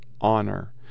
honor